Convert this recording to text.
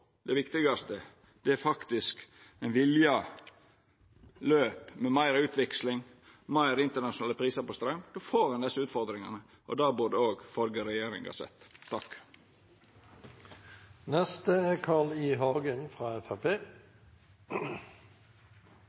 det viktigaste: Det er faktisk eit vilja løp med meir utveksling og meir internasjonale prisar på straum, og då får ein desse utfordringane. Det burde òg den førre regjeringa ha sett.